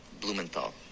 Blumenthal